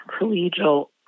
collegial